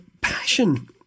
passion